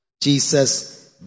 Jesus